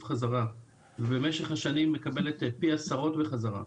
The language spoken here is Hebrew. חזרה ובמשך השנים היא מקבלת פי עשרות בחזרה.